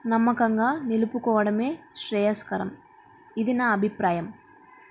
నమ్మకంగా నిలుపుకోవడమే శ్రేయస్కరం ఇది నా అభిప్రాయం